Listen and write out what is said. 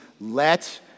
let